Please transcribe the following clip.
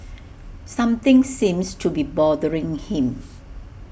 something seems to be bothering him